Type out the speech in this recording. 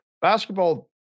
basketball